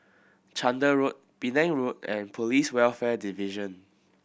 Chander Road Penang Road and Police Welfare Division